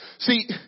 See